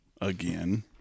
Again